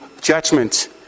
judgment